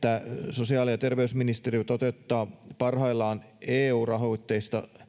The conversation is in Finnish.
sosiaali ja terveysministeriö toteuttaa parhaillaan eu rahoitteista